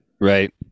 Right